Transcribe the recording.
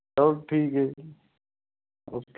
ਚਲੋ ਠੀਕ ਹੈ ਓਕੇ